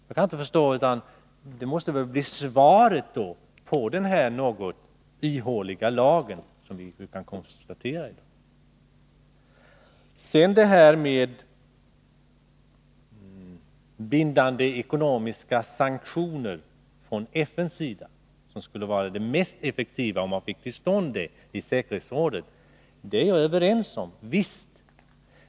Jag kan inte förstå annat än att det måste bli svaret på den som vi kan konstatera något ihåliga lagen. Om man, via säkerhetsrådet, fick till stånd bindande ekonomiska sanktioner från FN:s sida, skulle det vara det mest effektiva, heter det. Det håller jag med om.